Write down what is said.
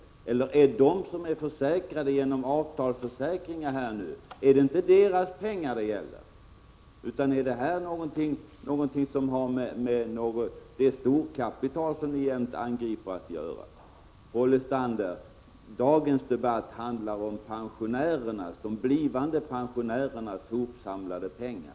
Gäller inte denna debatt de pengar som tillhör de som är försäkrade genom avtal, eller har den att göra med det storkapital som ni kommunister jämt angriper? Paul Lestander: Dagens debatt handlar om de blivande pensionärernas hopsamlade pengar.